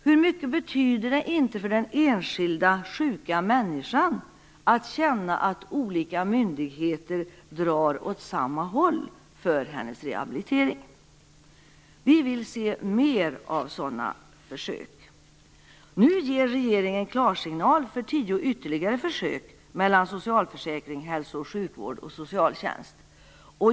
Hur mycket betyder det inte för den enskilda sjuka människan att känna att olika myndigheter drar åt samma håll för hennes rehabilitering! Vi vill se mer av sådana försök. Nu ger regeringen klarsignal för tio ytterligare försök mellan socialförsäkring, hälso och sjukvård och socialtjänst.